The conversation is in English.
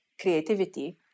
creativity